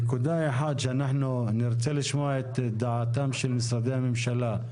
נקודה אחת שאנחנו נרצה לשמוע את דעתם של משרדי הממשלה,